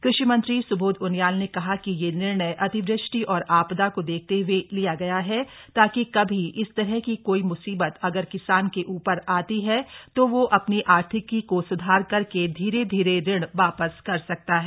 कृषि मंत्री सुबोध उनियाल ने कहा कि यह निर्णय अतिवृष्टि और आपदा को देखते हए लिया गया ह ताकि कभी इस तरह की कोई म्सीबत अगर किसान के उपर आती ह तो वह अपनी आर्थिकी को सुधार करके धीरे धीरे ऋण वापस कर सकता है